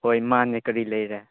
ꯍꯣꯏ ꯃꯥꯅꯦ ꯀꯔꯤ ꯂꯩꯔꯦ